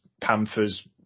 Panthers